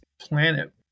planet